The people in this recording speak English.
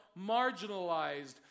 marginalized